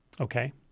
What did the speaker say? Okay